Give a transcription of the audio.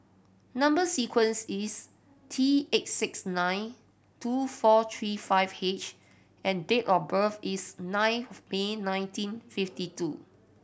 number sequence is T eight six nine two four three five H and date of birth is nine of May nineteen fifty two